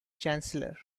chancellor